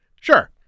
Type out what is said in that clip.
Sure